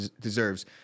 deserves